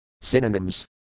Synonyms